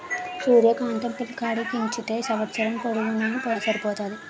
సూర్య కాంతం పిక్కలాడించితే సంవస్సరం పొడుగునూన సరిపోతాది